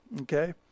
okay